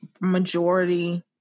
majority